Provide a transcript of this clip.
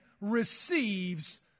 receives